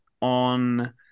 on